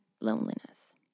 loneliness